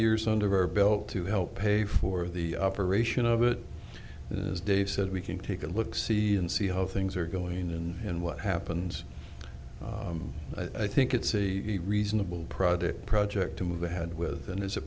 years under our belt to help pay for the operation of it as dave said we can take a look see and see how things are going in and what happens i think it's a reasonable product project to move ahead with and is a